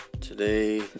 Today